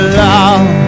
love